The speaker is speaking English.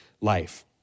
life